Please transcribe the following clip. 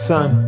Son